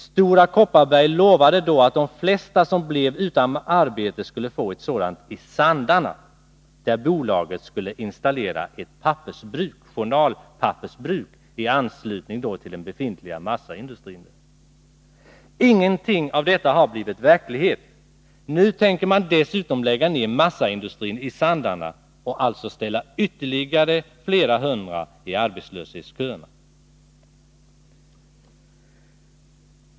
Stora Kopparberg lovade då att de flesta som blev utan arbete skulle få ett sådant i Sandarne, där bolaget skulle installera ett journalpappersbruk i anslutning till den befintliga massaindustrin. Ingenting av detta har blivit verklighet. Nu tänker man dessutom lägga ned massaindustrin i Sandarne och ställa ytterligare flera hundra personer i arbetslöshetsköerna.